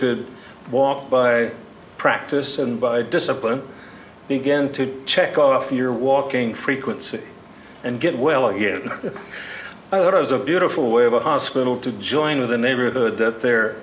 could walk by practice and by discipline begin to check off your walking frequency and get well again either as a beautiful way of a hospital to join with a neighborhood that they're